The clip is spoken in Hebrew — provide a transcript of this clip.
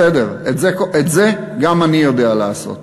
בסדר, את זה גם אני יודע לעשות,